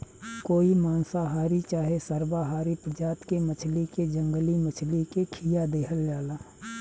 कोई मांसाहारी चाहे सर्वाहारी प्रजाति के मछली के जंगली मछली के खीया देहल जाला